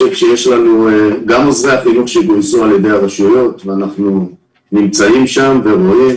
גם עוזרי החינוך שגויסו על ידי הרשויות ואנחנו נמצאים שם ורואים,